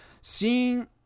seeing